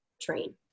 train